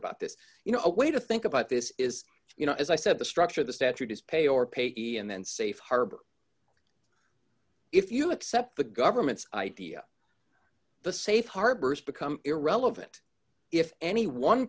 about this you know a way to think about this is you know as i said the structure of the statute is pay or payee and safe harbor if you accept the government's idea the safe harbor has become irrelevant if anyone